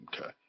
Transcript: okay